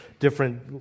different